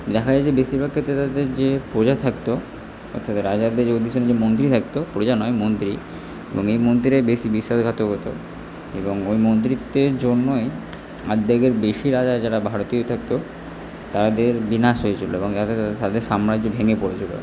দেখা যায় যে বেশিরভাগ ক্ষেত্রে তাদের যে প্রজা থাকতো অর্থাৎ রাজাদের অধিসনে যে মন্ত্রী থাকতো প্রজা নয় মন্ত্রী এবং এই মন্ত্রীরাই বেশি বিশ্বাসঘাতক হতো এবং ওই মন্ত্রিত্বের জন্যই আর্ধেকের বেশি রাজা যারা ভারতীয় থাকত তাদের বিনাশ হয়েছিলো এবং এতে তাদের সাম্রাজ্য ভেঙে পড়েছিলো